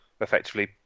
effectively